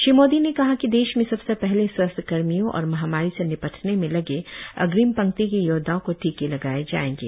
श्री मोदी ने कहा कि देश में सबसे पहले स्वास्थ्यकर्मियों और महामारी से निपटने में लगे अग्रिम पंक्ति के योद्वाओं को टीके लगाये जायेंगे